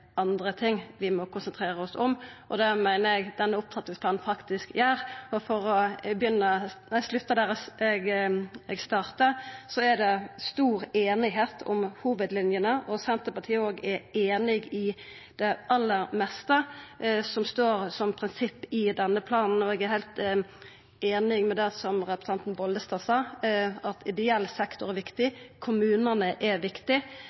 andre ting vi må konsentrera oss om, og det meiner eg at denne opptrappingsplanen faktisk gjer. For å slutta der eg starta: Det er stor einigheit om hovudlinjene, og Senterpartiet er òg einig i det aller meste som står som prinsipp i denne planen. Og eg er heilt einig i det som representanten Bollestad sa, at ideell sektor er viktig, kommunane er